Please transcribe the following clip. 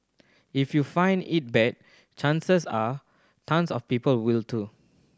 if you find it bad chances are tons of people will too